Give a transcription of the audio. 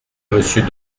monsieur